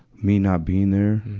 me not being there,